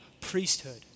priesthood